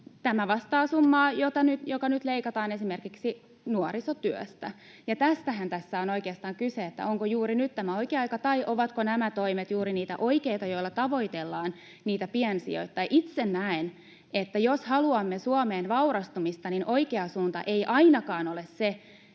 tämä vastaa summaa, joka nyt leikataan esimerkiksi nuorisotyöstä. Tästähän tässä on oikeastaan kyse, että onko juuri nyt oikea aika tai ovatko nämä toimet juuri niitä oikeita, joilla tavoitellaan niitä piensijoittajia. Itse näen, että jos haluamme Suomeen vaurastumista, niin oikea suunta ei ainakaan ole se,